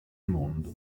mondo